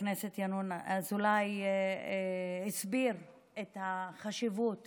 חבר הכנסת ינון אזולאי הסביר באמת את החשיבות